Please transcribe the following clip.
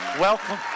Welcome